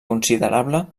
considerable